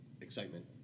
excitement